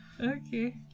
Okay